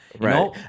Right